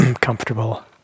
comfortable